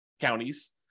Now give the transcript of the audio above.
counties